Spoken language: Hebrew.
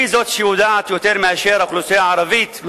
זו שיודעת יותר מאשר האוכלוסייה הערבית,